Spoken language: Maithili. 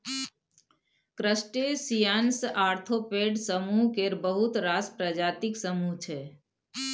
क्रस्टेशियंस आर्थोपेड समुह केर बहुत रास प्रजातिक समुह छै